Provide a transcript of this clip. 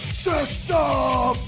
system